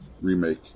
Remake